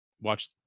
watch